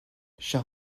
shall